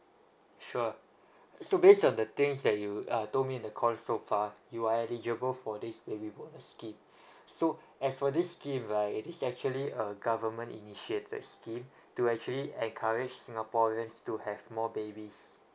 sure uh so based on the things that you uh told me in the call so far you are eligible for this baby bonus scheme so as for this scheme right it is actually a government initiated scheme to actually encourage singaporeans to have more babies